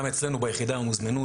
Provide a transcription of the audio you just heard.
גם אצלנו ביחידה הם הוזמנו.